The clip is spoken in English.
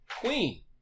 Queen